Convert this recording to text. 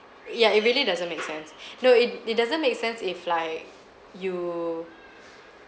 ya it really doesn't make sense no it it doesn't make sense if like you